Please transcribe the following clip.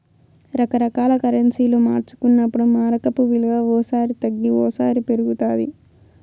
రకరకాల కరెన్సీలు మార్చుకున్నప్పుడు మారకపు విలువ ఓ సారి తగ్గి ఓసారి పెరుగుతాది